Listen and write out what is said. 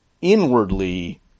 inwardly